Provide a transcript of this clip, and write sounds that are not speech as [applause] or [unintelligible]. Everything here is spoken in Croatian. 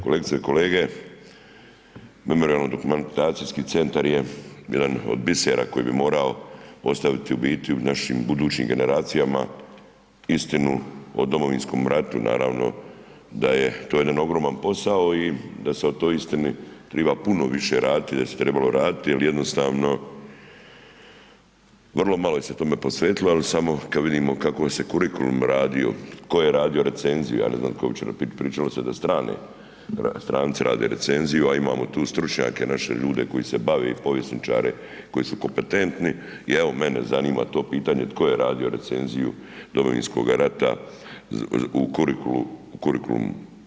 Kolegice i kolege. ... [unintelligible] dokumentacijski centar je jedan od bisera koji bi morao ostaviti u biti u našim budućim generacijama istinu o Domovinskom ratu, naravno da je to jedan ogroman posao i da se o toj istini treba puno više raditi i da se trebalo raditi jer jednostavno vrlo malo se tome posvetilo, ali samo kad vidimo kako se kurikulum radio, tko je radio recenzije, ja ne znam tko uopće, pričalo se da strane, stranci rade recenziju, a imamo tu stručnjake, naše ljude koji se bave i povjesničare koji su kompetentni i evo mene zanima to pitanje, tko je radio recenziju Domovinskoga rata u kurikulumu.